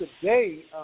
today